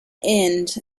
end